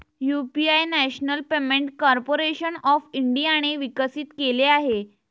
UPI national payment corporation of इंडियाने विकसित केले आहे